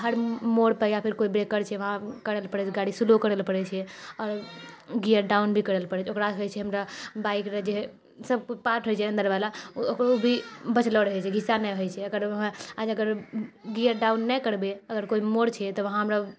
हर मोड़पर या फेर कोई ब्रेकर छै वहाँ करैलए पड़ै छै गाड़ी स्लो करैलए पड़ै छै आओर गिअर डाउन भी करैलए पड़ै छै ओकरासँ होइ छै हमरा बाइकके जे सबकिछु पार्ट होइ छै अन्दरवला ओ भी बचलऽ रहै छै घिसा नहि होइ छै अगर गिअर डाउन नहि करबै अगर कोइ मोड़ छै तऽ वहाँ हमरा